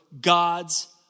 God's